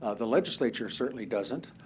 ah the legislature certainly doesn't.